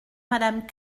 madame